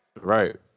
Right